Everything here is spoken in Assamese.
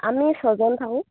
আমি ছজন থাকোঁ